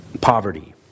poverty